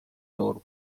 door